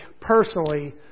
personally